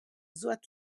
suot